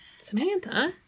Samantha